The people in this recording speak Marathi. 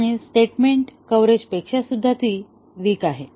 आणि स्टेटमेंट कव्हरेज पेक्षाही विकर आहे